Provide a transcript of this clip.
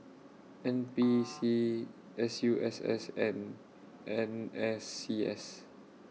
N P C S U S S and N S C S